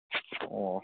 ꯑꯣ